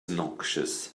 noxious